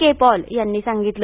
के Paul यांनी सांगितलं